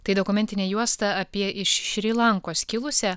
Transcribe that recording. tai dokumentinė juosta apie iš šri lankos kilusią